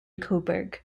coburg